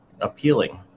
appealing